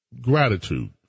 gratitude